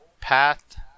path